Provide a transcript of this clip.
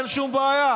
אין שום בעיה,